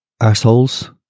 assholes